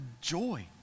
joy